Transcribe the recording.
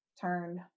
turned